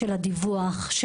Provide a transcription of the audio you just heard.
הדיווח,